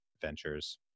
Ventures